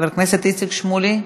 חבר הכנסת איציק שמולי.